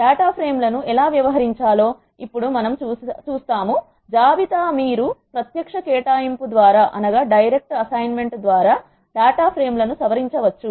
data frame లను ఎలా వ్యవహరించాలో ఇప్పుడు మనము చూస్తాము జాబితా మీరు ప్రత్యక్ష కేటాయింపు ద్వారా డేటా ఫ్రేమ్ లను సవరించవచ్చు